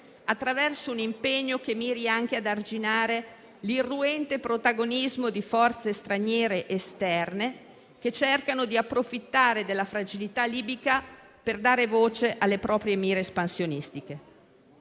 attraverso un impegno che miri anche ad arginare l'irruente protagonismo di forze straniere esterne, che cercano di approfittare della fragilità libica, per dare voce alle proprie mire espansionistiche.